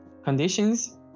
Conditions